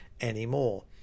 anymore